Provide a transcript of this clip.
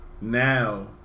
now